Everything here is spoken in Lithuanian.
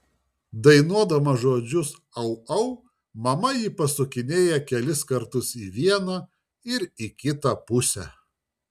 dainuodama žodžius au au mama jį pasukinėja kelis kartus į vieną ir į kitą pusę